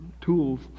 tools